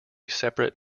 separate